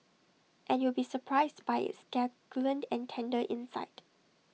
and you'll be surprised by its succulent and tender inside